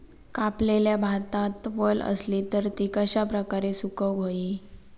कापलेल्या भातात वल आसली तर ती कश्या प्रकारे सुकौक होई?